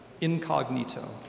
incognito